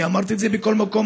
אני אמרתי את זה בכל מקום,